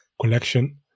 collection